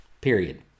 Period